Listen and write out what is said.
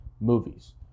movies